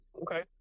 Okay